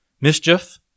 mischief